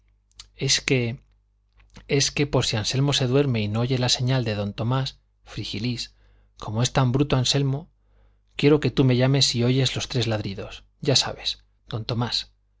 es que es que por si anselmo se duerme y no oye la señal de don tomás frígilis como es tan bruto anselmo quiero que tú me llames si oyes los tres ladridos ya sabes don tomás